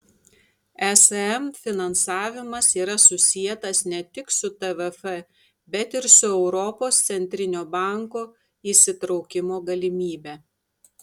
esm finansavimas yra susietas ne tik su tvf bet ir su europos centrinio banko įsitraukimo galimybe